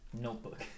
Notebook